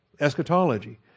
eschatology